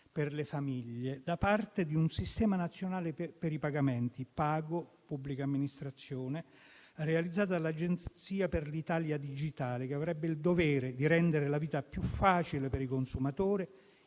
per le famiglie, da parte del sistema nazionale per i pagamenti PagoPA (pubblica amministrazione), realizzato dall’Agenzia per l’Italia digitale, che avrebbe il dovere di rendere la vita più facile per il consumatore,